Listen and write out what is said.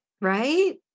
right